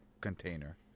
container